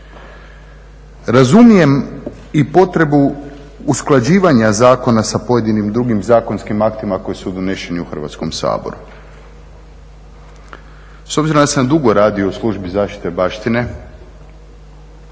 Razumijem i potrebu usklađivanja zakona sa pojedinim drugim zakonskim aktima koji su doneseni u Hrvatskom saboru. S obzirom da sam dugo radio u Službi zaštite baštine